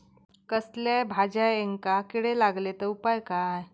कसल्याय भाजायेंका किडे लागले तर उपाय काय?